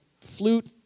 flute